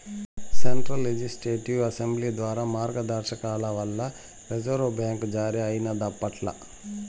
central legislative assembly ద్వారా మార్గదర్శకాల వల్ల రిజర్వు బ్యాంక్ జారీ అయినాదప్పట్ల